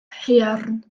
haearn